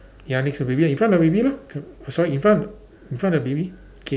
ya next to baby in front of baby lah c~ sorry in front in front of baby K